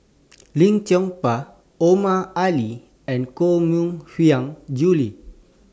Lim Chong Pang Omar Ali and Koh Mui Hiang Julie